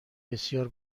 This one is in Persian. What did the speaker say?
بسیار